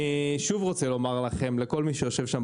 אני אומר לכל היושבים פה